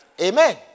Amen